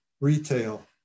retail